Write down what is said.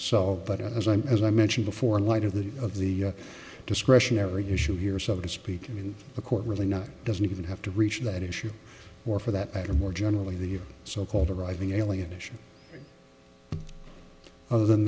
so but as i'm as i mentioned before in light of the of the discretionary issue here so to speak and the court really not doesn't even have to reach that issue or for that matter more generally the so called arriving alienation of the